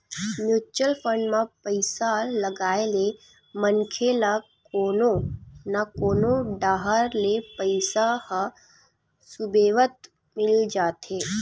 mutual fund म पइसा लगाए ले मनखे ल कोनो न कोनो डाहर ले पइसा ह सुबेवत मिल जाथे